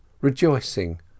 rejoicing